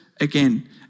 again